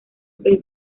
pez